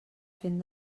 fent